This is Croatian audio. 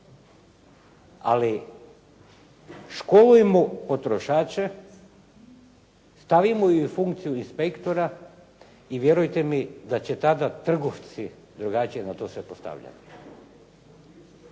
Ali školujmo potrošače, stavimo ih u funkciju inspektora i vjerujte mi da će tada trgovci drugačije na to sve postavljati.